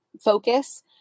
focus